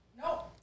No